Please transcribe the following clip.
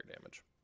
damage